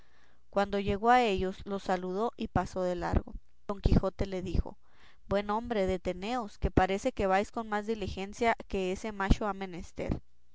cuando llegó a ellos los saludó y pasó de largo don quijote le dijo buen hombre deteneos que parece que vais con más diligencia que ese macho ha menester